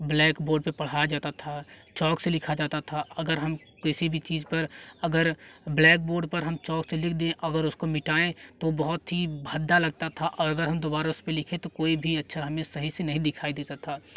black board पे पढ़ाया जाता था चौक से लिखा जाता था अगर हम किसी भी चीज पर अगर ब्लैक बोर्ड पर हम चौक से लिख दिए अगर उसको मिटाएँ तो बहुत ही भद्दा लगता था और अगर हम दोबारा हम उस पे लिखें तो कोई भी अच्छा हमें सही से नहीं दिखाई देता था